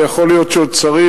ויכול להיות שצריך,